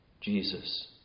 Jesus